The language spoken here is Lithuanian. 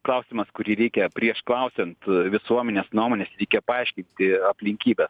klausimas kurį reikia prieš klausiant visuomenės nuomonės reikia paaiškinti aplinkybes